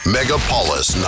Megapolis